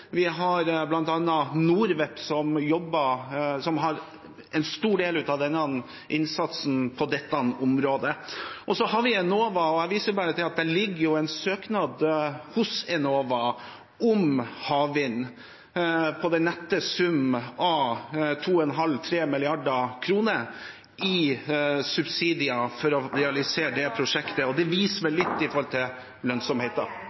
Vi har bl.a. NORWEP, som har en stor del av innsatsen på dette området. Så har vi Enova, og jeg viser til at det ligger en søknad hos Enova om havvind om den nette sum av 2,5 mrd. kr–3 mrd. kr i subsidier for å realisere et slikt prosjekt, og det